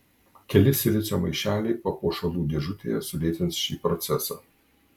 keli silicio maišeliai papuošalų dėžutėje sulėtins šį procesą